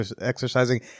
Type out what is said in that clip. exercising